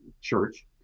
church